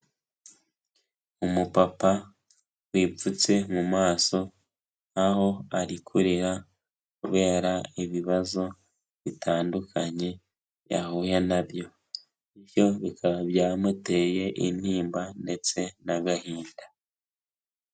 Umupapa wipfutse mu maso, aho ari kurira kubera ibibazo bitandukanye yahuye na byo. Ibyo bikaba byamuteye intimba ndetse n'agahinda.